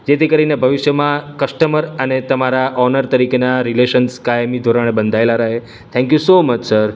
જેથી કરીને ભવિષ્યમાં કષ્ટમર અને તમારા ઓનર તરીકેના રિલેશન્સ કાયમી ધોરણે બંધાયેલા રહે થેંક્યુ સો મચ સર